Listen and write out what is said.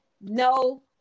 no